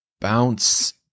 bounce